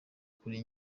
kuri